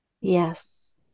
Yes